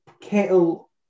kettle